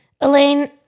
Elaine